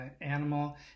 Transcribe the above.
animal